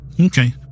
Okay